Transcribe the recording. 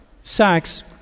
Sachs